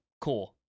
cool